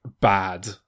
BAD